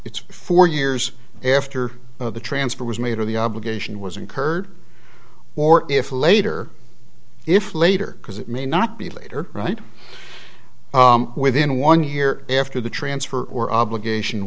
it's four years after the transfer was made or the obligation was incurred or if later if later because it may not be later right within one year after the transfer or obligation